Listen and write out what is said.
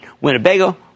Winnebago